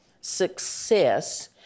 success